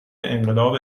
انقلاب